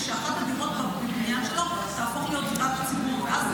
ושאחת הדירות בבניין שלו תהפוך להיות דירת דיור ציבורי,